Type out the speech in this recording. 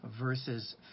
verses